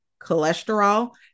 cholesterol